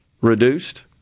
reduced